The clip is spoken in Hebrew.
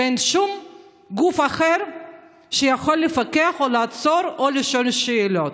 ואין שום גוף אחר שיכול לפקח או לעצור או לשאול שאלות.